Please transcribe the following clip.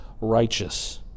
righteous